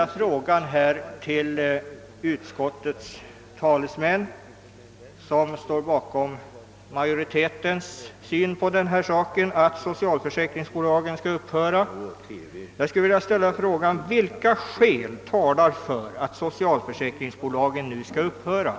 Jag skulle vilja fråga utskottets talesmän, som företräder majoritetens uppfattning att socialförsäkringsbolagen bör avskaffas: Vilka skäl talar för att socialförsäkringsbolagen nu skall upphöra?